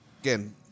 again